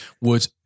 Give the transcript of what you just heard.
would-